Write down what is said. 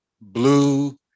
blue